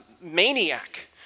maniac